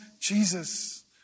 Jesus